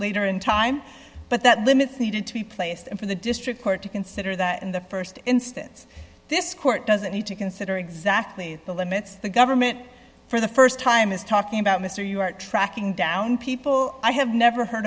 later in time but that limits needed to be placed in for the district court to consider that in the st instance this court doesn't need to consider exactly the limits the government for the st time is talking about mr you are tracking down people i have never heard